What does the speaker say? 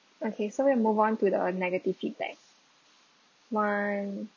okay so we move on to the negative feedback one